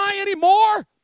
anymore